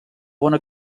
bona